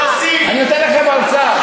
אני נותן לכם הרצאה.